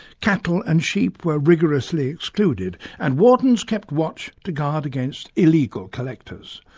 cattle and sheep were rigorously excluded, and wardens kept watch to guard against illegal collectors.